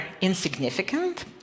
insignificant